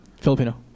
Filipino